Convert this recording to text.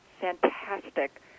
fantastic